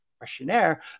questionnaire